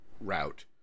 route